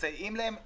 מסייעים להם לקרוס,